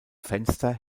fenster